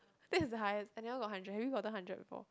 that is high and then I got hundred have you gotten hundred before